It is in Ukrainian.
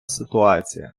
ситуація